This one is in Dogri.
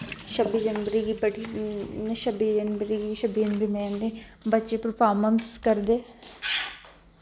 छब्बी जनवरी गी बड़ी छब्बी जनवरी गी छब्बी जनवरी बनांदे बच्चे पर्फामैस करदे